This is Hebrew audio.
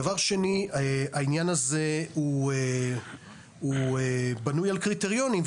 דבר שני: העניין הזה בנוי על קריטריונים,